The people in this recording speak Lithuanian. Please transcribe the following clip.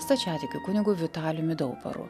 stačiatikių kunigu vitalijumi daubaru